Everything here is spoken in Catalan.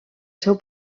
seu